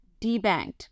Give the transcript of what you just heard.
debanked